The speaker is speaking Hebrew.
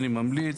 אני ממליץ